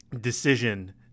decision –